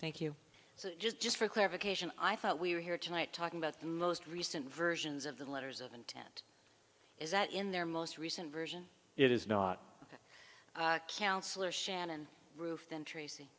thank you so just just for clarification i thought we were here tonight talking about the most recent versions of the letters of intent is that in their most recent version it is not shannon roof then tracy